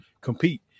compete